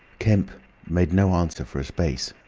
kemp made no answer for a space,